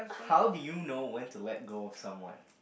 how did you know when to let go of someone